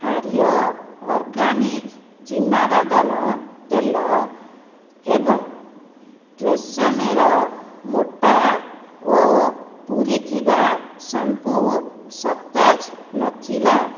Arya organic ଚିନାବାଦାମ ତେଲ ଏବଂ ଟ୍ରେସେମେର ମୋଟା ଓ ପୂରିଥିବା ଶାମ୍ପୁ ସତେଜ ନଥିଲା